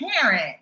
parent